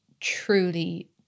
truly